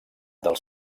dels